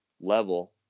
level